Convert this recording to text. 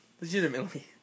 Legitimately